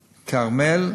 "כרמל",